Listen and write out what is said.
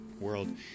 world